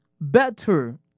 better